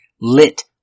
lit